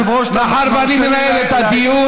מאחר שאני מנהל את הדיון,